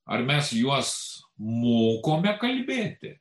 ar mes juos mokome kalbėti